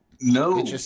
No